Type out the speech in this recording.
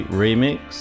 remix